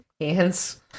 hands